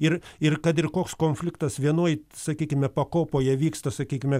ir ir kad ir koks konfliktas vienoj sakykime pakopoje vyksta sakykime